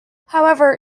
however